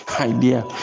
idea